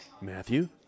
matthew